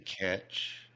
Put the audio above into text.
catch